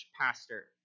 pastor